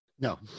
no